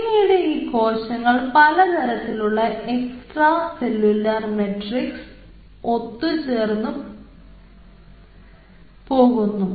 പിന്നീട് ഈ കോശങ്ങൾ പലതരത്തിലുള്ള എക്സ്ട്രാ സെല്ലുലാർ മാട്രിക്സ് മായി ഒത്തുചേർന്നു പോകുന്നു